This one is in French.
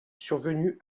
survenu